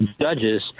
judges